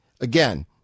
again